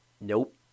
Nope